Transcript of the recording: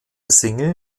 single